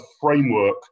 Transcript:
framework